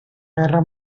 guerra